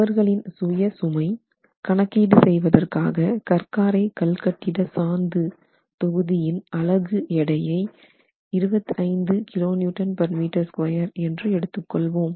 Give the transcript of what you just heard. சுவர்களின் சுய சுமை கணக்கீடு செய்வதற்காக கற் காரை கல் கட்டிட சாந்து தொகுதியின் அலகு எடையை 25 kNm2 என்று எடுத்து கொள்வோம்